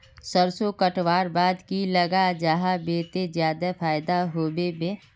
सरसों कटवार बाद की लगा जाहा बे ते ज्यादा फायदा होबे बे?